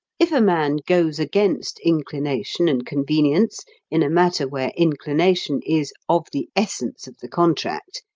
if a man goes against inclination and convenience in a matter where inclination is of the essence of the contract,